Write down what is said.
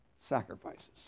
sacrifices